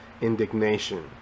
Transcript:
indignation